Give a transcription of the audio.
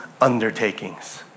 undertakings